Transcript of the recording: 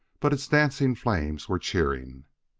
but its dancing flames were cheering.